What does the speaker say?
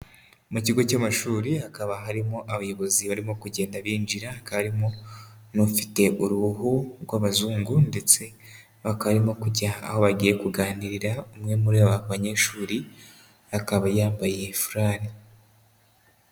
Mu kigo cy'amashuri hakaba harimo abayobozi barimo kugenda binjira, hakaba harimo n'abafite uruhu rw'abazungu ndetse bakaba barimo kujya aho bagiye kuganirira, umwe muri aba banyeshuri akaba yambaye furari.